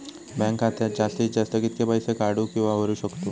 Bank खात्यात जास्तीत जास्त कितके पैसे काढू किव्हा भरू शकतो?